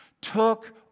took